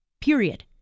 Period